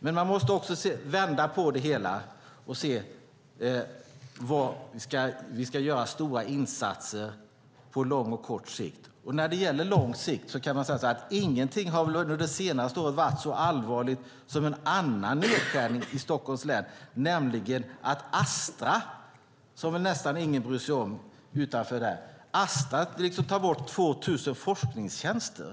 Men man måste också vända på det hela och se var vi ska göra stora insatser på lång och kort sikt. Och ingenting har varit så allvarligt på lång sikt som en annan nedskärning i Stockholms län under det senaste året, nämligen att Astra, som nästan ingen bryr sig om, tar bort 2 000 forskningstjänster.